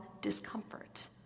discomfort